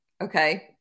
Okay